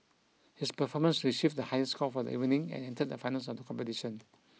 his performance received the highest score for the evening and entered the finals of the competition